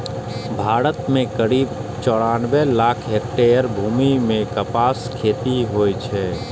भारत मे करीब चौरानबे लाख हेक्टेयर भूमि मे कपासक खेती होइ छै